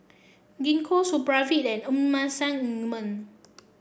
Gingko Supravit and Emulsying Ointment